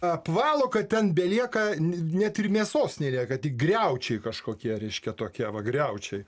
apvalo kad ten belieka net ir mėsos nelieka tik griaučiai kažkokie reiškia tokie va griaučiai